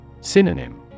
Synonym